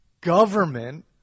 government